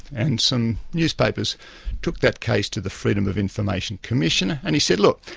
and some newspapers took that case to the freedom of information commissioner and he said, look,